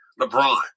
LeBron